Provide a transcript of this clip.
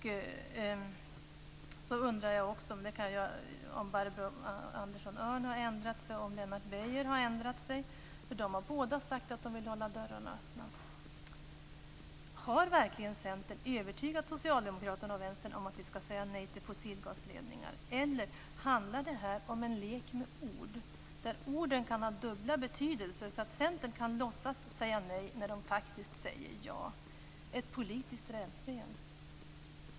Jag undrar också om Barbro Andersson Öhrn har ändrat sig och om Lennart Beijer har ändrat sig. De har båda sagt att de vill hålla dörrarna öppna. Har verkligen Centern övertygat Socialdemokraterna och Vänstern om att vi skall säga nej till fossilgasledningar, eller handlar det här om en lek med ord, där orden kan ha dubbla betydelser, så att Centern kan låtsas säga nej när man faktiskt säger ja. Ett politiskt rävspel.